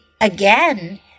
again